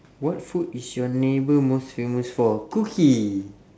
what food is your neighbour most famous for cookie